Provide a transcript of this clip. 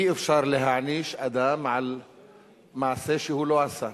אי-אפשר להעניש אדם על מעשה שלא עשה.